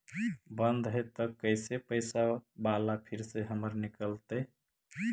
बन्द हैं त कैसे पैसा बाला फिर से हमर निकलतय?